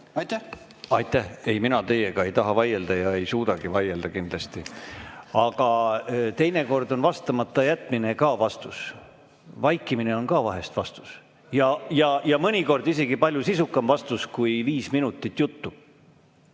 Aitäh! Ei, mina teiega ei taha vaielda ja ei suudagi vaielda kindlasti. Aga teinekord on vastamata jätmine ka vastus. Vaikimine on ka vahest vastus, ja mõnikord isegi palju sisukam vastus kui viis minutit juttu.